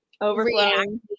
overflowing